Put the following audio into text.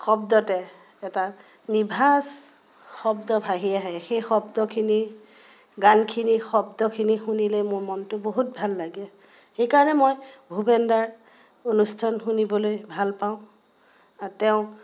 শব্দতে এটা নিভাঁজ শব্দ ভাহি আহে সেই শব্দখিনি গানখিনিৰ শব্দখিনি শুনিলে মোৰ মনটো বহুত ভাল লাগে সেইকাৰণে মই ভূপেনদাৰ অনুষ্ঠান শুনিবলৈ ভাল পাওঁ আৰু তেওঁ